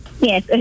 Yes